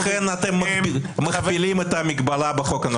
לכן אתם מכפילים את המגבלה בחוק הנורבגי.